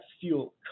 fuel